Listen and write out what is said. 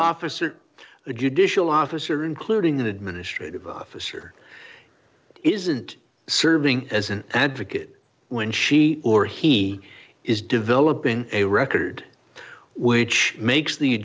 officer the judicial officer including an administrative officer isn't serving as an advocate when she or he is developing a record which makes the